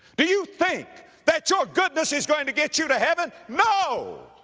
do you think that your goodness is going to get you to heaven? no!